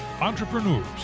entrepreneurs